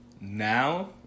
Now